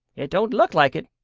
it don't look like it,